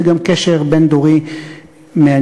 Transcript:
זה גם קשר בין-דורי מעניין.